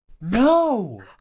No